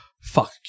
fuck